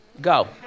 Go